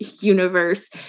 universe